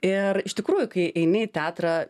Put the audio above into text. ir iš tikrųjų kai eini į teatrą